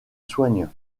soigne